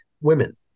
women